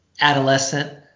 adolescent